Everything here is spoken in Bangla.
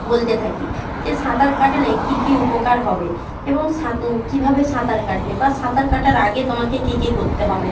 বলতে থাকি যে সাঁতার কাটলে কী কী উপকার হবে এবং সাঁত কীভাবে সাঁতার কাটবে বা সাঁতার কাটার আগে তোমাকে কী কী করতে হবে